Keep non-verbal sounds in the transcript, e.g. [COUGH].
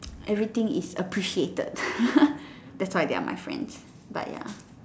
everything is appreciated [LAUGHS] that's what I tell my friends but ya